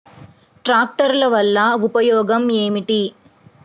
ట్రాక్టర్ల వల్ల ఉపయోగం ఏమిటీ?